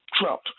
Trump